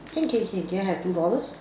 can can can can I have two dollars